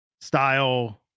style